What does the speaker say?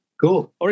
Cool